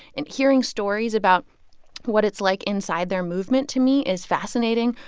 and hearing stories about what it's like inside their movement to me is fascinating.